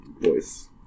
voice